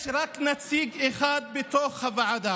יש רק נציג אחד בתוך הוועדה.